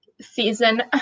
season